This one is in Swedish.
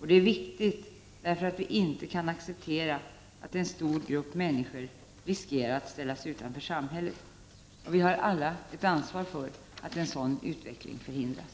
Och det är viktigt, därför att vi inte kan acceptera att en stor grupp människor riskerar att ställas utanför samhället. Vi har alla ett ansvar för att en sådan utveckling förhindras.